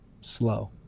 slow